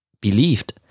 believed